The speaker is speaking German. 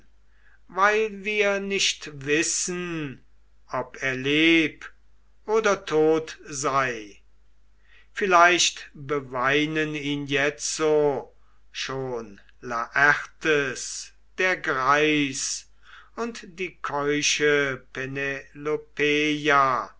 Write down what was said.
weil wir nicht wissen ob er leb oder tot sei vielleicht beweinen ihn jetzo schon laertes der greis und die keusche